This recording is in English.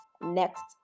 next